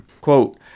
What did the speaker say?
Quote